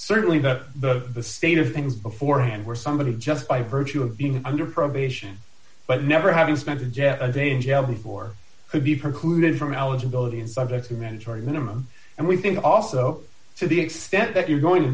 certainly not the state of things beforehand where somebody just by virtue of being under probation but never having spent a jet a day in jail before would be precluded from eligibility and subject to mandatory minimum and we think also to the extent that you're going to